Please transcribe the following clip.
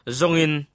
zongin